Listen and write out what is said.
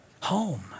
Home